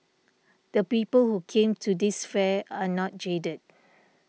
the people who came to this fair are not jaded